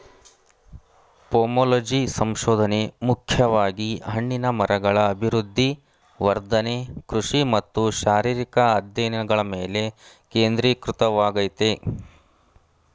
pomology ಸಂಶೋಧನೆ ಮುಖ್ಯವಾಗಿ ಹಣ್ಣಿನ ಮರಗಳ ಅಭಿವೃದ್ಧಿ ವರ್ಧನೆ ಕೃಷಿ ಮತ್ತು ಶಾರೀರಿಕ ಅಧ್ಯಯನಗಳ ಮೇಲೆ ಕೇಂದ್ರೀಕೃತವಾಗಯ್ತೆ